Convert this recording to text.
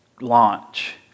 launch